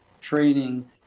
training